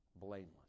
blameless